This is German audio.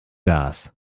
gas